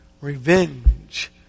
revenge